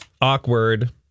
Awkward